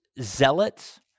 zealots